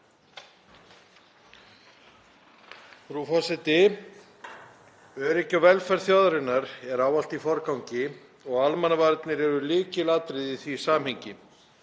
Frú forseti. Öryggi og velferð þjóðarinnar er ávallt í forgangi og almannavarnir eru lykilatriði í því samhengi.